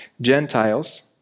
Gentiles